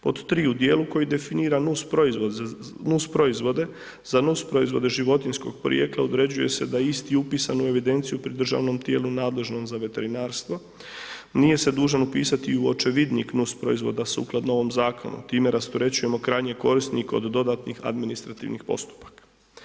Pod tri, u dijelu koji definira nus proizvode za nus proizvode životinjskog porijekla određuje se da je isti upisan u evidenciju pri državnom tijelu nadležnom za veterinarstvo, nije se dužan upisati i u očevidnik nus proizvoda sukladno ovom zakonu, time rasterećujemo krajnje korisnike od dodatnih administrativnih postupaka.